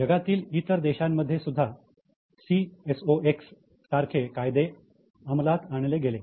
जगातील इतर देशांमध्ये सुद्धा सी एस ओ एक्स सारखे कायदे अमलात आणले गेले